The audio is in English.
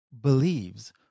believes